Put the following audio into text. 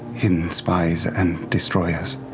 hidden spies and destroyers.